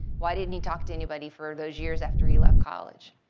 why didn't he talk to anybody for those years after he left college?